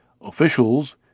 Officials